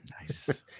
Nice